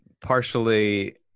Partially